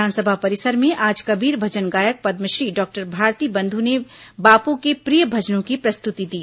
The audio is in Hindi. विधानसभा परिसर में आज कबीर भजन गायक पद्मश्री डॉक्टर भारती बंधु ने बापू के प्रिय भजनों की प्रस्तुति दी